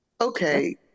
Okay